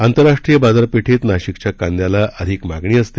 आंतरराष्ट्रीय बाजार पेठेत नाशिकच्या कांद्याला अधिक मागणी असते